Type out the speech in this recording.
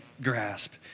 grasp